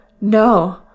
no